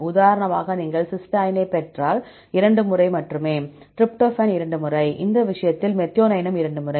உதாரணமாக நீங்கள் சிஸ்டைனைப் பார்த்தால் 2 முறை மட்டுமே டிரிப்டோபான் 2 முறை இந்த விஷயத்தில் மெத்தியோனைனும் 2 முறை